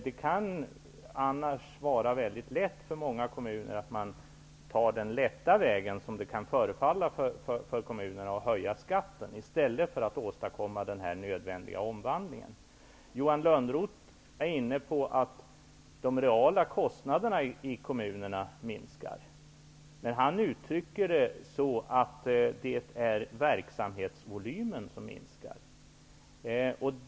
Det kan annars vara lätt för många kommuner att välja den, som det kan förefalla, lätta vägen genom att höja skatten i stället för att åstadkomma den nödvändiga omvandlingen. Johan Lönnroth sade att de reala kostnaderna i kommunerna minskar. Han uttryckte det som om det vore verksamhetsvolymen som minskar.